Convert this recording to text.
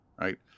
Right